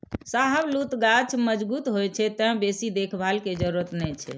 शाहबलूत गाछ मजगूत होइ छै, तें बेसी देखभाल के जरूरत नै छै